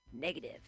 Negative